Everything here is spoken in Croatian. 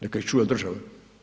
Neka ih čuva država.